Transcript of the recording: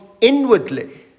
inwardly